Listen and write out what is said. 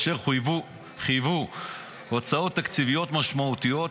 אשר חייבו הוצאות תקציביות משמעותיות,